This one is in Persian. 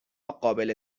قابل